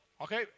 okay